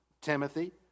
Timothy